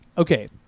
Okay